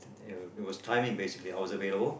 it was it was timing basically I was available